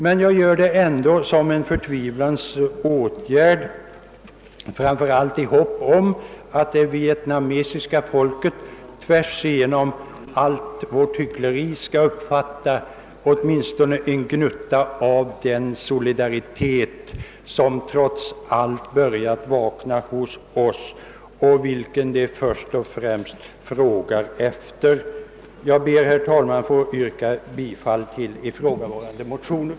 Men jag vill ändå som en förtvivans åtgärd tala för det sistnämnda anslaget, framför allt i hopp om att det vietnamesiska folket tvärsigenom allt vårt hyckleri skall uppfatta åtminstone en gnutta av den solidaritet som trots allt börjat vakna hos oss och som de först och främst frågar efter. Herr talman! Jag ber att få yrka bifall till ifrågavarande motioner.